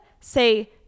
say